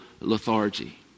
lethargy